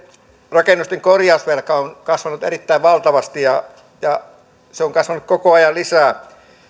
rakennusten korjausvelka on kasvanut erittäin valtavasti ja se on kasvanut koko ajan lisää